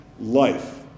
life